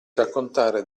raccontare